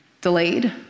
delayed